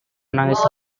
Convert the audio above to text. menangis